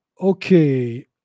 Okay